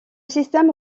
système